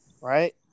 Right